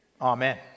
Amen